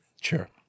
sure